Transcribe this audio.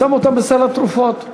שם אותם בסל התרופות,